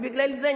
ובגלל זה,